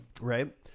Right